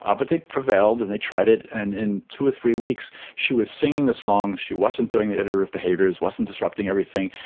ah but they prevailed and they tried it, and in two or three weeks she was singing the songs, she wasn't doing the iterative behaviours, wasn't disrupting everything,